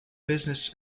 business